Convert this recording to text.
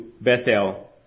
Bethel